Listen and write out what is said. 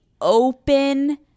open